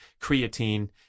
creatine